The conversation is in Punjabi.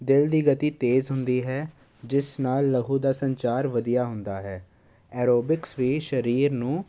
ਦਿਲ ਦੀ ਗਤੀ ਤੇਜ਼ ਹੁੰਦੀ ਹੈ ਜਿਸ ਨਾਲ ਲਹੂ ਦਾ ਸੰਚਾਰ ਵਧੀਆ ਹੁੰਦਾ ਹੈ ਐਰੋਬਿਕਸ ਵੀ ਸਰੀਰ ਨੂੰ